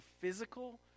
physical